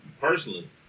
personally